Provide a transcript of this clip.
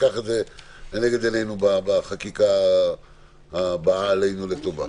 ניקח את זה לנגד עינינו בחקיקה הבאה עלינו לטובה.